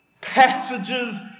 passages